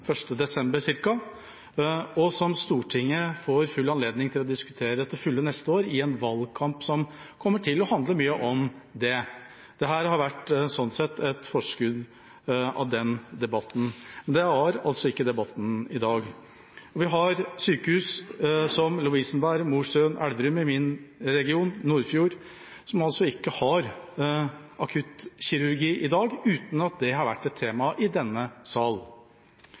1. desember, og som Stortinget får full anledning til å diskutere neste år, i en valgkamp som kommer til å handle mye om det. Dette har sånn sett vært en forsmak på den debatten, men det var altså ikke debatten i dag. Vi har sykehus som Lovisenberg, Mosjøen, Elverum – i min region – og Nordfjord, som ikke har akuttkirurgi i dag, uten at det har vært et tema i denne sal.